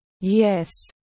Yes